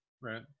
Right